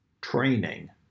training